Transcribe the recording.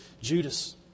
Judas